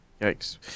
Yikes